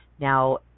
Now